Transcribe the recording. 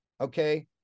Okay